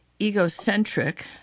egocentric